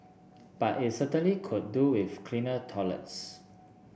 but it certainly could do with cleaner toilets